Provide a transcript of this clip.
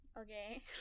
okay